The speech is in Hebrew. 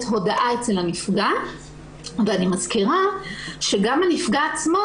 הודעה אצל הנפגע ואני מזכירה שגם הנפגע עצמו,